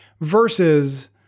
versus